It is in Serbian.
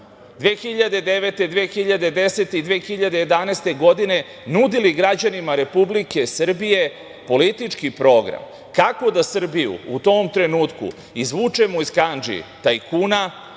2009, 2010. i 2011. godine nudili građanima Republike Srbije politički program kako da Srbiju u tom trenutku izvučemo iz kandži tajkuna,